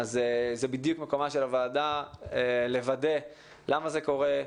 אז זה בדיוק מקומה של הוועדה לוודא למה זה קורה,